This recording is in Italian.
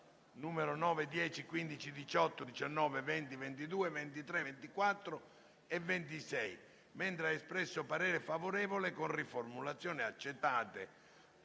nn. 9, 10, 15, 18, 19, 20, 22, 23, 24 e 26, mentre ha espresso parere favorevole con riformulazioni accettate